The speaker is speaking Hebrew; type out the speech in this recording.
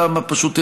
מהטעם הפשוט,